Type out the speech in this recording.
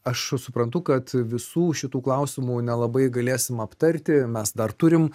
aš suprantu kad visų šitų klausimų nelabai galėsim aptarti mes dar turim